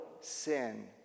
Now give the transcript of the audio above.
sin